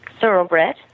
thoroughbred